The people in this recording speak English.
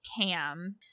Cam